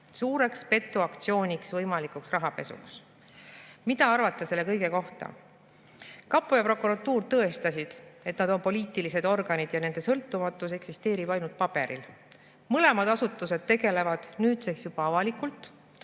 suureks petuaktsiooniks, võimalikuks rahapesuks. Mida arvata selle kõige kohta? Kapo ja prokuratuur tõestasid, et nad on poliitilised organid ja nende sõltumatus eksisteerib ainult paberil. Mõlemad asutused tegelevad nüüdseks juba avalikult